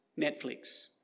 Netflix